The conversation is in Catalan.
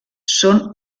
són